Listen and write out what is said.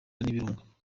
n’ibirunga